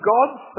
God's